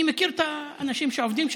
אני מכיר את האנשים שעובדים שם,